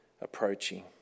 approaching